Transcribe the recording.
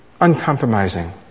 Uncompromising